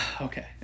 okay